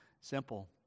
Simple